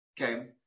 okay